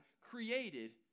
created